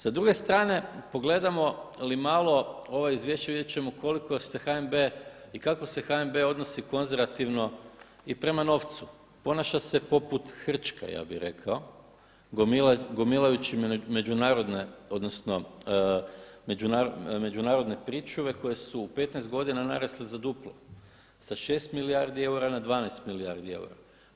Sa druge strane pogledamo li malo ova izvješća vidjeti ćemo koliko se HNB i kako se HNB odnosi konzervativno i prema novcu, ponaša se poput hrčka, ja bih rekao, gomilajući međunarodne, odnosno međunarodne pričuve koje su u 15 godina narasle za duplo, sa 6 milijardi eura na 12 milijardi eura.